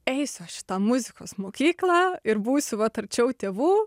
eisiu aš į tą muzikos mokyklą ir būsiu vat arčiau tėvų